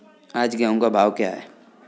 आज गेहूँ का भाव क्या है?